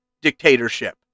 dictatorship